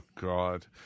God